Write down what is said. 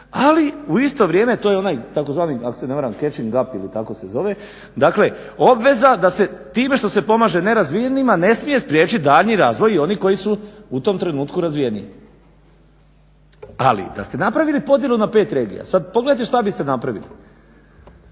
ali u isto vrijeme to je onaj tzv. ako se ne varam catching up ili kako se zove, dakle obveza da se time što se pomaže nerazvijenima ne smije spriječiti daljnji razvoj i oni koji su u tom trenutku razvijeniji. Ali da ste napravili podjelu na 5 regija, sada pogledajte šta biste napravili,